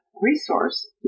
resource